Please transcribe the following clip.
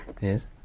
Yes